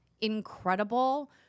incredible